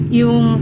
yung